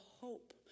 hope